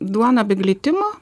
duona be glitimo